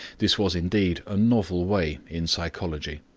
this was indeed a novel way in psychology.